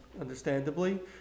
understandably